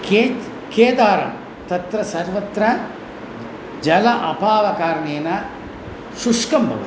केत् केदारः तत्र सर्वत्र जलाभावकारणेन शुष्कं भवति